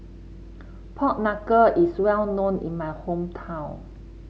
Pork Knuckle is well known in my hometown